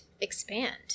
expand